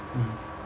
mm